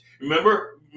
remember